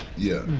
yeah,